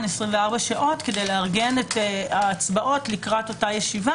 24 שעות כדי לארגן את ההצבעות לקראת אותה ישיבה?